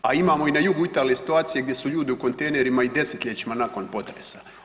A imamo i na jugu Italije situacije gdje su ljudi u kontejnerima i desetljećima nakon potresa.